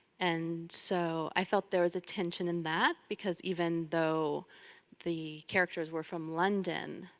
and so, i felt there was a tension in that because even though the characters were from london,